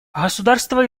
государство